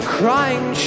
crying